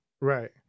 Right